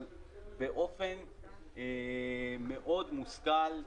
אבל באופן מאוד מושכל,